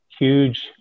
huge